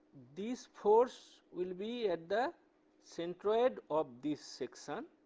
this force will be at the center head of this section